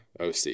OC